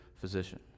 physician